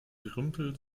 gerümpel